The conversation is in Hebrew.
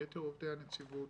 יתר עובדי הנציבות,